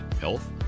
Health